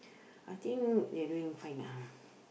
I think they're doing fine now